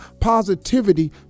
positivity